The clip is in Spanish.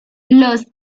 los